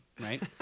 right